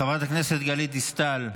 חברת הכנסת גלית דיסטל,